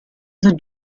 the